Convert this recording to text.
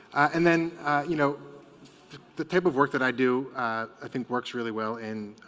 and then you know the type of work that i do i think works really well in